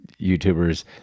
YouTubers –